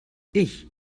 ich